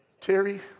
Terry